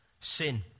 Sin